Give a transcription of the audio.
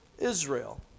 Israel